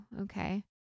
okay